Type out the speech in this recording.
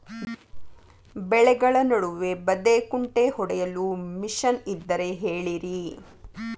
ಬೆಳೆಗಳ ನಡುವೆ ಬದೆಕುಂಟೆ ಹೊಡೆಯಲು ಮಿಷನ್ ಇದ್ದರೆ ಹೇಳಿರಿ